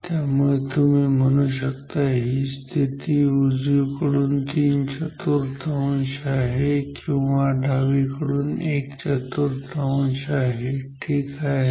त्यामुळे तुम्ही म्हणू शकता ही स्थिती उजवीकडून तीन चतुर्थांश आहे किंवा डावीकडून एक चतुर्थांश आहे ठीक आहे